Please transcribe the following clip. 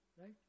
Right